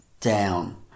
down